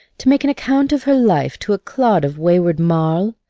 to make an account of her life to a clod of wayward marl?